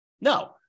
No